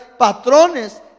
patrones